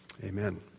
Amen